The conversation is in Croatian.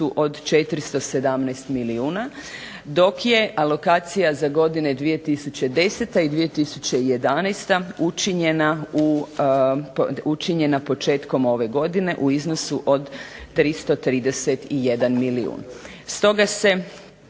od 417 milijuna, dok je alokacija za godine 2010. i 2011. učinjena početkom ove godine u iznosu od 331 milijun.